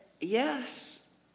yes